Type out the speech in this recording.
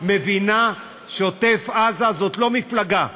מבינה שעוטף עזה זה לא מפלגה,